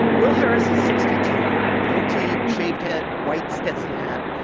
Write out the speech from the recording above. will harris is sixty two goatee, shaved head, white stetson hat.